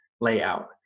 layout